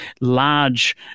large